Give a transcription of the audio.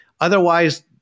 otherwise